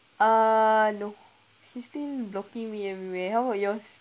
uh no she's still blocking me everywhere how about yours